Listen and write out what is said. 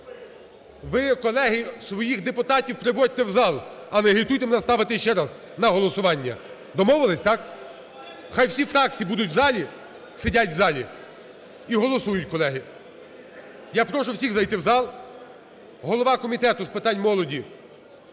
ви, колеги, своїх депутатів приводьте в зал, а не агітуйте мене ставити ще раз на голосування. Домовились, так? Хай всі фракції будуть в залі, сидять в залі і голосують, колеги. Я прошу всіх зайти в зал. Голова Комітету з питань молоді